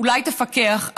אולי תפקח,